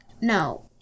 No